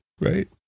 right